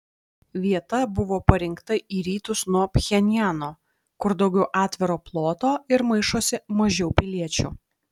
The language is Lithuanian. vieta buvo parinkta į rytus nuo pchenjano kur daugiau atviro ploto ir maišosi mažiau piliečių